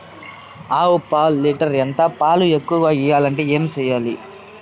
ఆవు పాలు లీటర్ ఎంత? పాలు ఎక్కువగా ఇయ్యాలంటే ఏం చేయాలి?